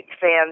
fans